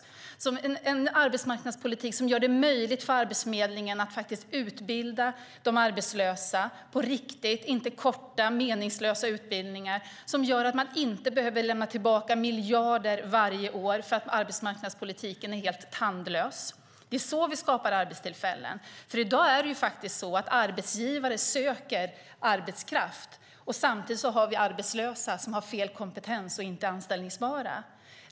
Vi behöver en arbetsmarknadspolitik som gör det möjligt för Arbetsförmedlingen att utbilda de arbetslösa på riktigt, inte korta meningslösa utbildningar, och som gör att man inte behöver lämna tillbaka miljarder varje år för att arbetsmarknadspolitiken är helt tandlös. Det är så vi skapar arbetstillfällen. I dag är det faktiskt så att arbetsgivare söker arbetskraft. Samtidigt har vi arbetslösa som har fel kompetens och inte är anställningsbara.